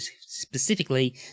specifically